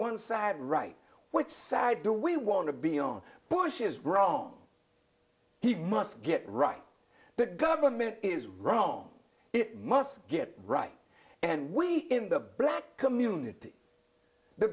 one side right which side do we want to be on bush is wrong he must get right the government is wrong it must get right and we in the black community the